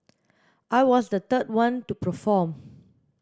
I was the third one to perform